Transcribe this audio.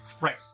Right